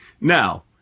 Now